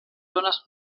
zones